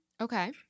Okay